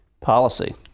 Policy